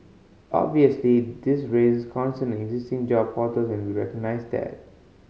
obviously this raises concern existing job portals and we recognise that